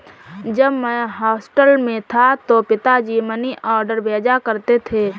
जब मैं हॉस्टल में था तो पिताजी मनीऑर्डर भेजा करते थे